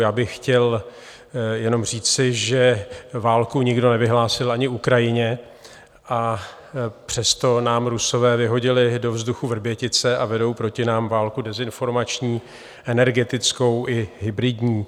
Já bych chtěl jenom říci, že válku nikdo nevyhlásil ani Ukrajině, a přesto nám Rusové vyhodili do vzduchu Vrbětice a vedou proti nám válku dezinformační, energetickou i hybridní.